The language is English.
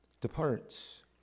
departs